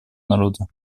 народа